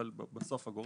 אבל מי